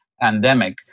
pandemic